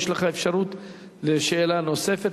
יש לך אפשרות לשאלה נוספת,